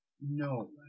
No